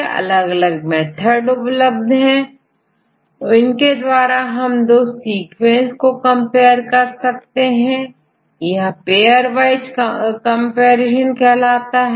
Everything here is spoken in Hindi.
इसके लिए अलग अलग मेथड उपलब्ध है इनके द्वारा आप दो सीक्वेंस को कंपेयर कर सकते हैं यह पेयरवाइज कंपैरिजन कहलाता है